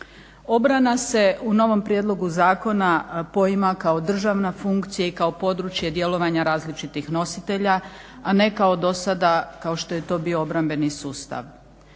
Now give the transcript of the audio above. Obrana se u novom prijedlogu zakona poima i kao državna funkcija i kao područje djelovanja različitih nositelja, a ne kao do sada kao što je to bio obrambeni sustav.